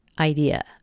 idea